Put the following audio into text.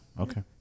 Okay